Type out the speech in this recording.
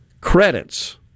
credits